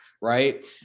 right